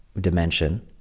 dimension